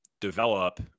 develop